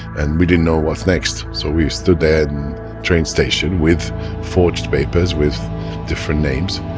and we didn't know what's next. so we stood in train station with forged papers with different names,